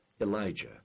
Elijah